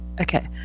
Okay